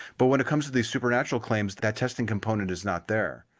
but, when it comes to these supernatural claims, that testing component is not there.